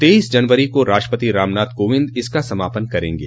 तेइस जनवरी को राष्ट्रपति रामनाथ कोविंद इसका समापन करेंगे